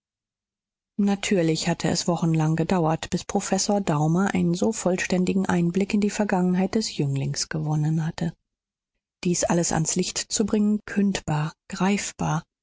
natürlich hatte es wochenlang gedauert bis professor daumer einen so vollständigen einblick in die vergangenheit des jünglings gewonnen hatte dies alles ans licht zu bringen kündbar greifbar